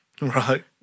right